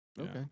Okay